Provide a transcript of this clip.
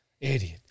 Idiot